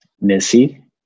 Missy